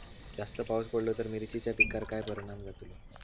जास्त पाऊस पडलो तर मिरचीच्या पिकार काय परणाम जतालो?